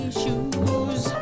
shoes